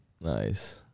nice